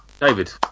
David